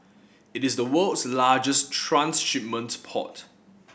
it is the world's largest transshipment port